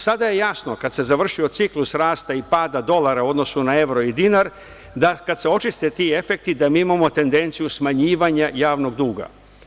Sada je jasno, kad se završio ciklus rasta i pada dolara u odnosu na evro i dinar, da kad se očiste ti efekti mi imamo tendenciju smanjivanja javnog duga.